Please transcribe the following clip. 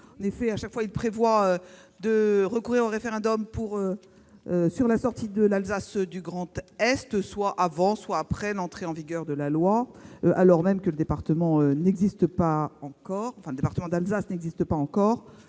amendements, puisqu'ils visent à recourir au référendum pour la sortie de l'Alsace du Grand Est- soit avant, soit après l'entrée en vigueur de la loi -alors même que le département d'Alsace n'existe pas encore.